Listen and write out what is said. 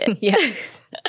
Yes